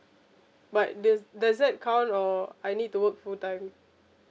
but this does that count or I need to work full time